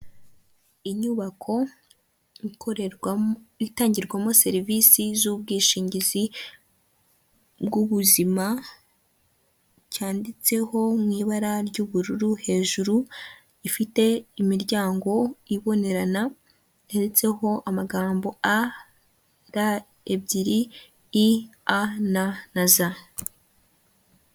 Inyubako ikorerwamo itangirwamo serivisi z'ubwishingizi bw'ubuzima cyanditseho mu ibara ry'ubururu, hejuru ifite imiryango ibonerana hetoho amagambo a r ebyiri i a na na za.